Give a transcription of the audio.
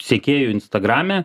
sekėjų instagrame